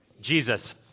Jesus